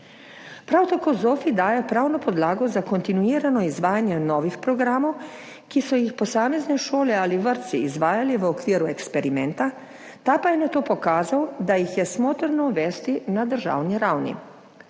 Prav tako ZOFVI daje pravno podlago za kontinuirano izvajanje novih programov, ki so jih posamezne šole ali vrtci izvajali v okviru eksperimenta, ta pa je nato pokazal, da jih je smotrno uvesti na državni ravni.